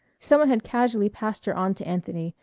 someone had casually passed her on to anthony,